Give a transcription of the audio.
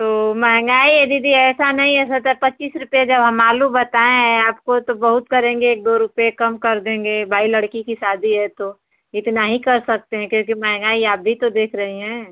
तो महंगाई है दीदी ऐसा नहीं है सत्रह पच्चीस रुपए जब हम आलू बताए हैं आपको तो बहुत करेंगे एक दो रुपए कम कर देंगे भाई लड़की की शादी है तो इतना ही कर सकते हैं क्योंकि महंगाई आप भी तो देख रही हैं